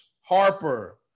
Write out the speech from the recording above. harper